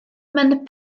mewn